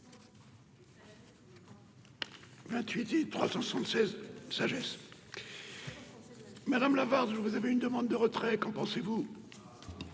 28 et 376 sagesse. Madame Lavarde je vous avez une demande de retrait, qu'en pensez-vous.